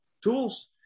tools